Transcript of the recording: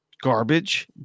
garbage